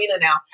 now